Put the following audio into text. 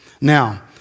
Now